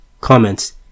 Comments